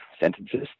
sentences